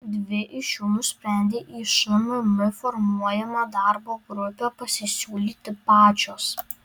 dvi iš jų nusprendė į šmm formuojamą darbo grupę pasisiūlyti pačios